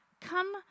Come